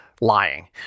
lying